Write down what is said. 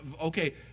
okay